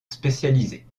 spécialisée